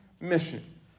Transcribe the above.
mission